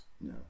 No